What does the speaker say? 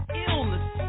illness